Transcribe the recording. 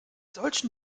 solchen